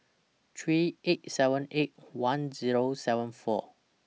three eight seven eight one Zero seven four